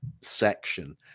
section